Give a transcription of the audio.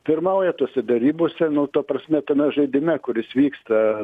pirmauja tose derybose nu ta prasme tame žaidime kuris vyksta